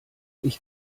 ich